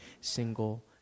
single